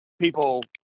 people